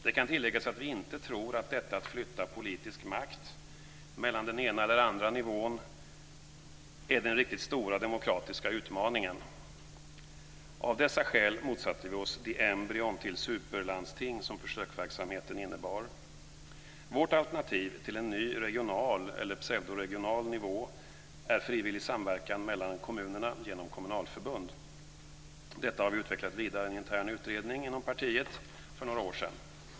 Det kan tilläggas att vi inte tror att detta att flytta politisk makt mellan den ena eller andra nivån är den riktigt stora demokratiska utmaningen. Av dessa skäl motsatte vi oss de embryon till superlandsting som försöksverksamheten innebar. Vårt alternativ till en ny regional eller pseudoregional nivå är frivillig samverkan mellan kommunerna genom kommunalförbund. Detta utvecklade vi vidare i en intern utredning inom partiet för några år sedan.